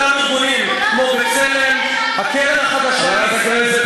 אותם ארגונים כמו "בצלם", הקרן החדשה לישראל,